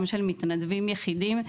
גם של מתנדבים יחידים.